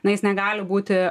na jis negali būti